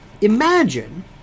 Imagine